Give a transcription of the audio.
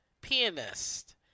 pianist